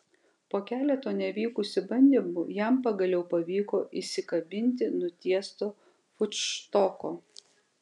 po keleto nevykusių bandymų jam pagaliau pavyko įsikabinti nutiesto futštoko